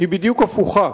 היא בדיוק הפוכה,